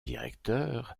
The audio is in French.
directeur